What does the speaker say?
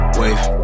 wave